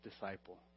disciple